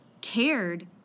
cared